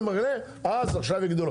אז עכשיו יגידו,